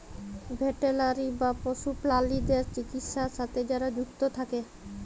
veterinary বা পশু প্রালিদ্যার চিকিৎছার সাথে যারা যুক্ত থাক্যে